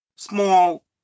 small